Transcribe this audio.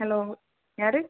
hello யார்